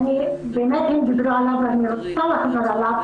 שאכן דיברו עליו אבל אני רוצה לחזור עליו,